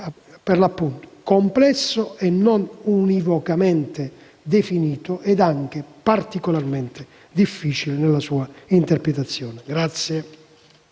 per l'appunto: «complesso e non univocamente definito» ed anche particolarmente difficile nella sua interpretazione.